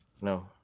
No